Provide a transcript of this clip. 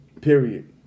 Period